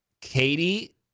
Katie